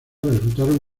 resultaron